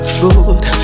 good